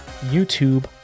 youtube